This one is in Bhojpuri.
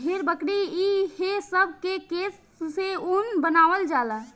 भेड़, बकरी ई हे सब के केश से ऊन बनावल जाला